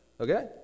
Okay